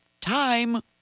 time